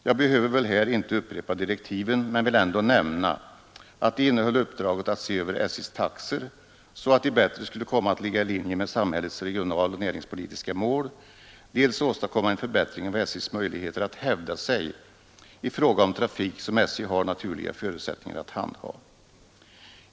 Jag behöver väl inte här upprepa direktiven men vill ändå nämna att de innehöll uppdraget att se över SJ:s taxor, så att de skulle komma att ligga mera i linje med samhällets regionalpolitiska och näringspolitiska mål samt åstadkomma en förbättring av SJ:s möjligheter att hävda sig i fråga om trafik som SJ har naturliga förutsättningar att handha.